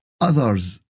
others